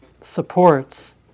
supports